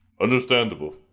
understandable